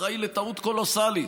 אחראי לטעות קולוסלית.